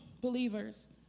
believers